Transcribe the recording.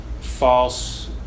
false